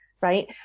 right